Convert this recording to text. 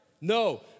No